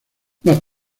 más